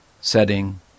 setting